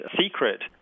secret